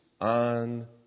on